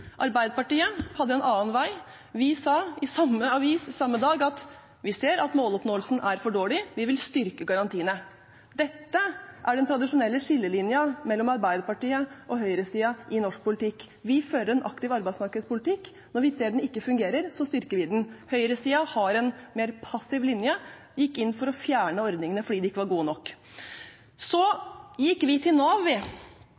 Arbeiderpartiet hadde en annen vei. Vi sa i samme avis samme dag: Vi ser at måloppnåelsen er for dårlig, vi vil styrke garantiene. Dette er den tradisjonelle skillelinjen mellom Arbeiderpartiet og høyresiden i norsk politikk. Vi fører en aktiv arbeidsmarkedspolitikk. Når vi ser at den ikke fungerer, styrker vi den. Høyresiden har en mer passiv linje. De gikk inn for å fjerne ordningene fordi de ikke var gode nok. Så gikk vi